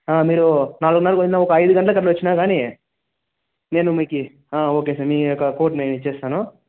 మీరు నాలుగున్నర పైన ఒక ఐదు గంటలకు వచ్చిన కానీ నేను మీకు ఆ ఓకే సార్ మీ యొక్క కోట్ నేను ఇస్తాను